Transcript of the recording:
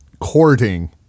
courting